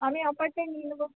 আমি আপারটাই নিয়ে নেবো